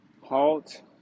halt